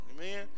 Amen